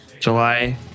July